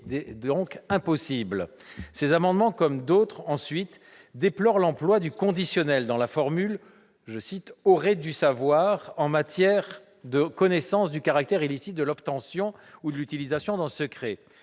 est impossible. Les auteurs de ces amendements déplorent l'emploi du conditionnel, dans la formule « aurait dû savoir », en matière de connaissance du caractère illicite de l'obtention ou de l'utilisation d'un secret.